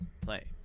play